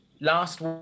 last